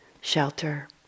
shelter